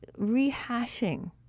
rehashing